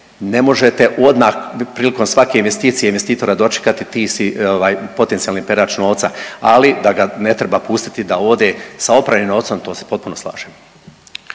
ne možete odmah prilikom svake investicije investitora dočekati ti si potencijalni perač novca, ali da ga ne treba pustiti da ode sa opranim novcem to se potpuno slažem.